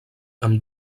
amb